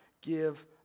give